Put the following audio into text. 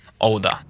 older